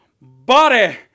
body